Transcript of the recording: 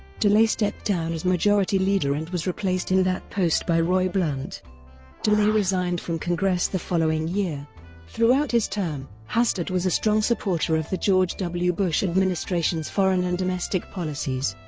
delay stepped down as majority leader and was replaced in that post by roy blunt delay resigned from congress the following year throughout his term, hastert was a strong supporter of the george w. bush administration's foreign and domestic policies.